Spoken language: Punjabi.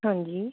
ਹਾਂਜੀ